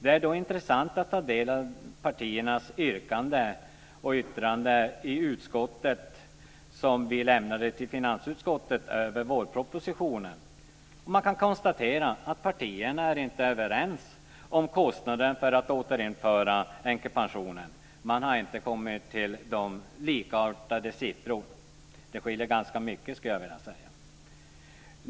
Det är då intressant att ta del av partiernas yrkanden i det yttrande som vi i utskottet lämnade till finansutskottet över vårpropositionen. Man kan konstatera att partierna inte är överens om kostnaden för att återinföra änkepensionen. Man har inte kommit fram till likartade siffror. Det skiljer ganska mycket, skulle jag vilja säga.